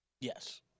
Yes